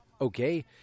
Okay